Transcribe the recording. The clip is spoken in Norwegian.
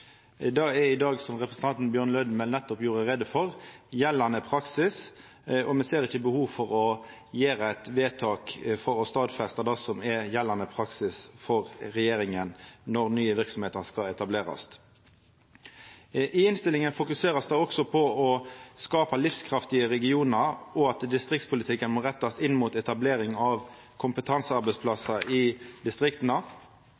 Det er i dag, som representanten Bjørn Lødemel nettopp gjorde greie for, gjeldande praksis, og me ser ikkje behov for å gjera eit vedtak for å stadfesta det som er gjeldande praksis for regjeringa når nye verksemder skal etablerast. I innstillinga blir det også fokusert på å skapa livskraftige regionar, og at distriktspolitikken må rettast inn mot etablering av